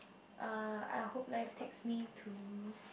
uh I hope life takes me to